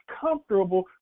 comfortable